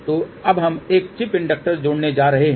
तो अब हम एक चिप इंडक्टर जोड़ने जा रहे हैं